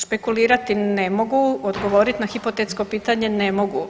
Špekulirati ne mogu, odgovoriti na hipotetsko pitanje ne mogu.